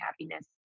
happiness